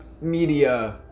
media